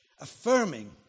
affirming